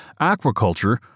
Aquaculture